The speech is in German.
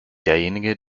derjenige